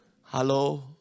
Hello